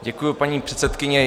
Děkuji, paní předsedkyně.